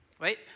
right